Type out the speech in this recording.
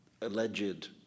alleged